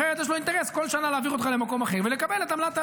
אחרת יש לו אינטרס בכל שנה להעביר אותך למקום אחר ולקבל את העמלה,